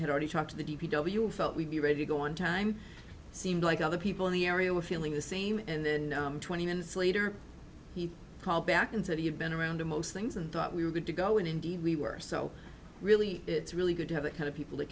had already talked to the d p w felt we'd be ready go on time seemed like other people in the area were feeling the same and then twenty minutes later he called back and said he had been around most things and thought we were going to go and indeed we were so really it's really good to have that kind of people to